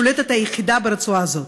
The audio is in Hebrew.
השולטת היחידה ברצועה הזאת.